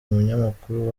umunyamakuru